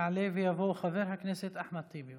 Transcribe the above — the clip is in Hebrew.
יעלה ויבוא חבר הכנסת אחמד טיבי.